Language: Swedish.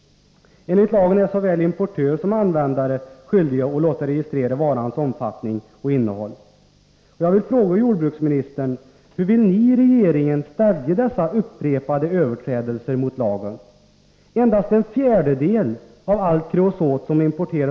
Enligt lagen är såväl importör som användare skyldig att låta registrera hanteringens omfattning och varans innehåll. bestämmelser?